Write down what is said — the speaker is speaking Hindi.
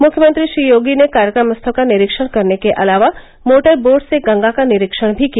मुख्यमंत्री श्री योगी ने कार्यक्रम स्थल का निरीक्षण करने के अलावा मोटर बोट से गंगा का निरीक्षण भी किया